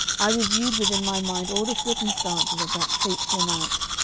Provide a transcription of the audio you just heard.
i reviewed within my mind all the circumstances of that fateful night.